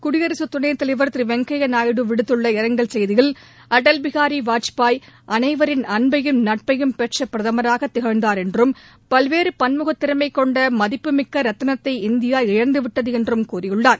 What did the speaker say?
குடியரகத் துணை தலைவர் திரு வெங்கையாநாயுடு விடுத்துள்ள இரங்கல் செய்தியில் அடல் பிகாரி வாஜ்பாய் அனைவரின் அன்பையும் நட்பையும் பெற்ற பிரதமராக திகழ்ந்தார் என்றும் பல்வேறு பன்முக திறமை கொண்ட மதிப்பு மிக்க ரத்தினத்தை இந்தியா இழந்துவிட்டது என்றும் கூறியுள்ளார்